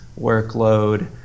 workload